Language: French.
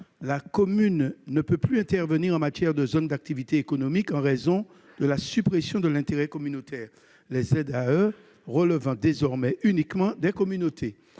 la commune ne peut plus intervenir en matière de ZAE, en raison de la suppression de l'intérêt communautaire, ces zones relevant désormais uniquement des communautés.